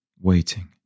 waiting